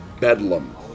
Bedlam